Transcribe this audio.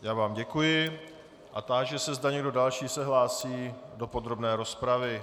Já vám děkuji a táži se, zda někdo další se hlásí do podrobné rozpravy.